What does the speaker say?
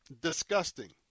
Disgusting